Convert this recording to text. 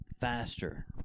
faster